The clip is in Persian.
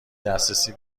دسترسی